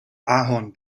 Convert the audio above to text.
ahorn